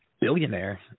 billionaire